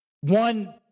One